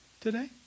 today